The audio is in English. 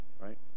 Right